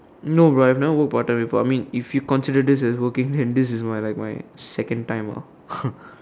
no bro I've never work part time before I mean if you consider this as working then this is like my second time ah